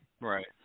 Right